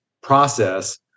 process